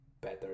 better